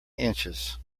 inches